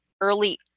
early